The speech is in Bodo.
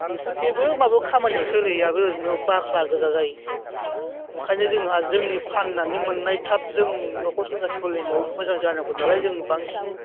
बेथ' जेबो माबायाव खामानियाव सोलि हैया बे ओरैनो बाख्ला गोजा जायो ओंखायनो जोंहा जोंनि फाननानै मोननाय थाब जों न'खर संसार सोलिनायाव मोजां जानांगौ नालाय जों बांसिन